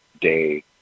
day